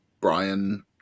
Brian